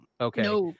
okay